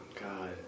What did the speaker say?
God